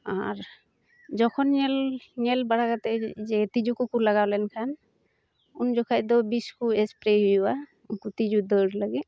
ᱟᱨ ᱡᱚᱠᱷᱚᱱ ᱧᱮᱞ ᱧᱮᱞ ᱵᱟᱲᱟ ᱠᱟᱛᱮᱫ ᱡᱮ ᱛᱤᱡᱩ ᱠᱚᱠᱚ ᱞᱟᱜᱟᱣ ᱞᱮᱱᱠᱷᱟᱱ ᱩᱱᱡᱚᱠᱷᱮᱡ ᱫᱚ ᱵᱤᱥᱠᱚ ᱮᱥᱯᱨᱮᱭ ᱦᱩᱭᱩᱜᱼᱟ ᱩᱝᱠᱩ ᱛᱤᱡᱩ ᱫᱟᱹᱲ ᱞᱟᱹᱜᱤᱫ